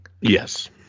Yes